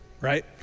right